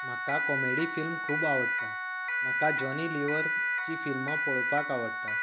म्हाका comedy film खूब आवडटांत म्हाका जॉनी लिवरची फिल्मां पळोवपाक खूब आवडटा